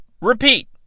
Repeat